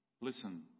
Listen